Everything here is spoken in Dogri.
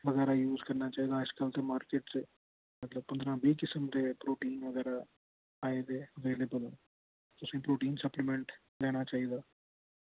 बगैरा यूज करना चाहिदा अज्जकल ते मार्किट च मतलब पंदरां बी किस्म दे प्रोटीन बगैरा आए दे अवेलेबल तुसेंगी प्रोटीन सप्लीमेंट लैना चाहिदा